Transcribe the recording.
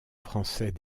français